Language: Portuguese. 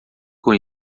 com